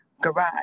garage